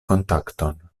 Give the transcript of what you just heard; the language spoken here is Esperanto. kontakton